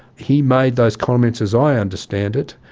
he made those comments, as i understand it,